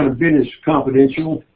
business confidential.